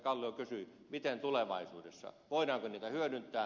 kallio kysyi miten tulevaisuudessa voidaanko niitä hyödyntää